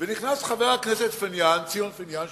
ונכנס חבר הכנסת ציון פיניאן,